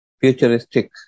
futuristic